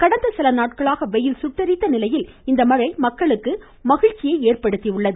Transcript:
கடந்த சில நாட்களாக வெயில் சுட்டெரித்த நிலையில் இந்த மழை மக்களுக்கு மகிழ்ச்சியை ஏற்படுத்தி உள்ளது